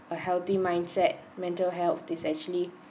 a healthy mindset mental health is actually